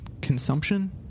consumption